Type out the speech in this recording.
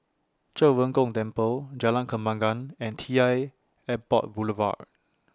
Zhen Ren Gong Temple Jalan Kembangan and T L Airport Boulevard